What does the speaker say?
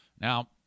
Now